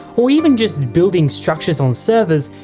or even just building structures on servers,